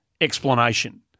explanation